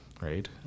right